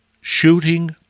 Shooting